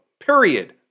Period